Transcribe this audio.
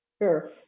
Sure